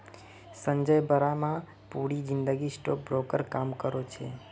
संजय बर्मा पूरी जिंदगी stock broker काम करो छे